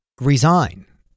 resign